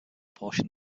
portion